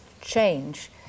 change